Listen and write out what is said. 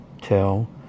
tell